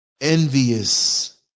envious